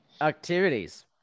activities